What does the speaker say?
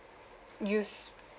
use